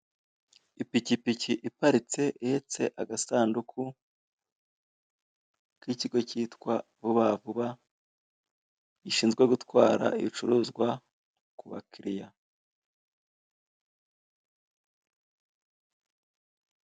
Ipikipiki iparitse ihetse agasanduku, k'ikigo cyitwa vuba vuba, gishinzwe gutwara ibicuruzwa ku bakiliya.